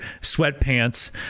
sweatpants